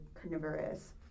carnivorous